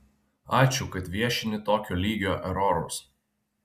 ačiū kad viešini tokio lygio erorus